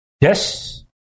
Yes